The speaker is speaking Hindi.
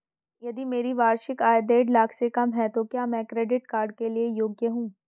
यदि मेरी वार्षिक आय देढ़ लाख से कम है तो क्या मैं क्रेडिट कार्ड के लिए योग्य हूँ?